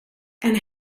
and